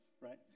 right